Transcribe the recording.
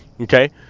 Okay